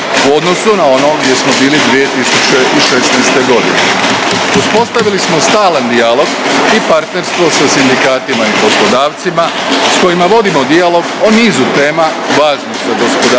u odnosu na ono gdje smo bili 2016. godine. Uspostavili smo stalan dijalog i partnerstvo sa sindikatima i poslodavcima s kojima vodimo dijalog o nizu tema važnih za gospodarstvo,